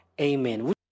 Amen